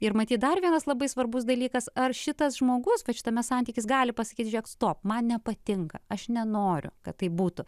ir matyt dar vienas labai svarbus dalykas ar šitas žmogus kad šitame santykis gali pasakyti žiūrėk stop man nepatinka aš nenoriu kad taip būtų